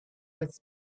was